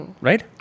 Right